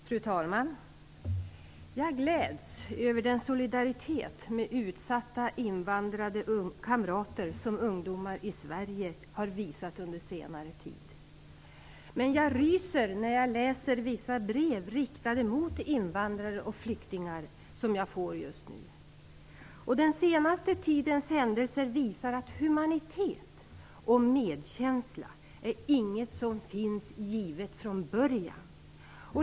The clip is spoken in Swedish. Fru talman! Jag gläds över den solidariet med utsatta invandrade kamrater som ungdomar i Sverige har visat under senare tid. Men jag ryser när jag läser vissa brev riktade mot invandrare och flyktingar som jag får just nu. Den senaste tidens händelser visar att humanitet och medkänsla inte är något som finns givet från början.